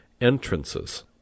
entrances